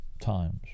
times